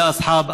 אדמתנו ערבית,